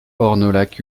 ornolac